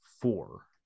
four